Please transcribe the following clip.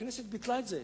הכנסת ביטלה את זה,